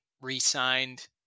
re-signed